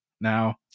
now